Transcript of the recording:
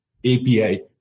API